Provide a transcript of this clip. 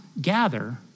gather